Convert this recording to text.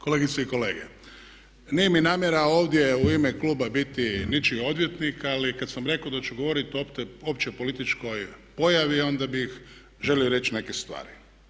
Kolegice i kolege, nije mi namjera ovdje u ime kluba biti ničiji odvjetnik ali kad sam rekao da ću govoriti o općoj političkoj pojavi onda bih želio reći neke stvari.